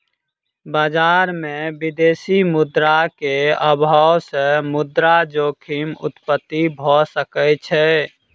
बजार में विदेशी मुद्रा के अभाव सॅ मुद्रा जोखिम उत्पत्ति भ सकै छै